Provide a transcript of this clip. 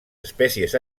espècies